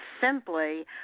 simply